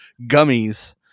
gummies